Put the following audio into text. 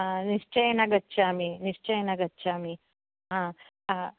निश्चयेन गच्छामि निश्चयेन गच्छामि